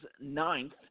ninth